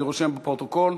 אני רושם בפרוטוקול.